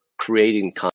creating